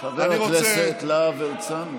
חבר הכנסת להב הרצנו,